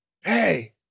Hey